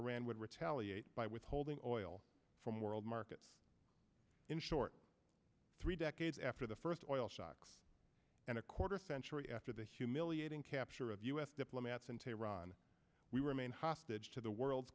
iran would retaliate by withholding oil from world markets in short three decades after the first oil shocks and a quarter century after the humiliating capture of u s diplomats in tehran we remain hostage to the world's